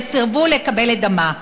וסירבו לקבל את דמה.